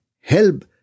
help